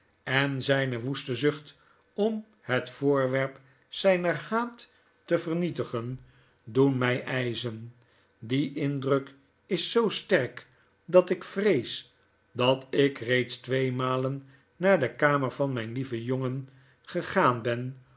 en zijne woeste zucht om het voorwerp zijner haat te vernietigen doen mij ijzen die indruk is zoo sterk dat ik reeds twee malen naar de kamer van mijn lieven jongen gegaan ben